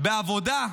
בעבודה,